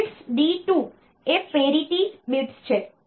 પછી આ bits D2 એ પેરીટી bits છે